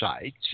sites